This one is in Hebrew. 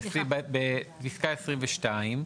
בפסקה (22).